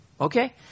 Okay